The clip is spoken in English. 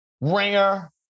Ringer